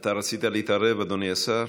אתה רצית להתערב, אדוני השר?